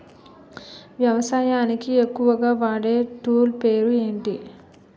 వ్యవసాయానికి ఎక్కువుగా వాడే టూల్ పేరు ఏంటి?